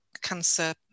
cancer